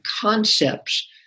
concepts